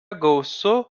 gausu